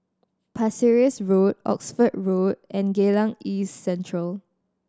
Pasir Ris Road Oxford Road and Geylang East Central